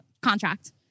contract